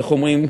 איך אומרים,